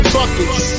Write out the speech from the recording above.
buckets